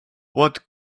what